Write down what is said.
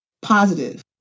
Positive